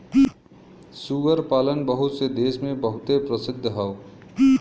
सूअर पालन बहुत से देस मे बहुते प्रसिद्ध हौ